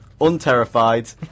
unterrified